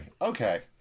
okay